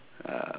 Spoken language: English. uh